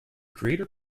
creator